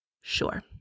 Sure